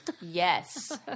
Yes